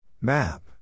Map